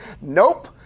Nope